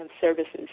services